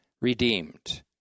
redeemed